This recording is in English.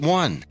one